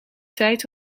tijd